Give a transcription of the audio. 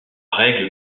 règle